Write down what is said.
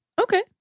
Okay